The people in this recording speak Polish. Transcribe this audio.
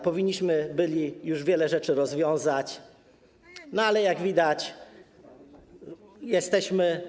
Powinniśmy byli już wiele rzeczy rozwiązać, ale jak widać, jesteśmy.